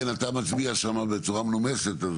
כן, אתה מצביע שם בצורה מנומסת.